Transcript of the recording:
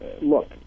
Look